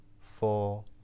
four